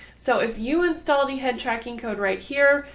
so if you install the head tracking code right here,